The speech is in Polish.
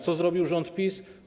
Co zrobił rząd PiS?